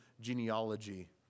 genealogy